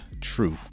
truth